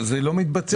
זה לא מתבצע כך.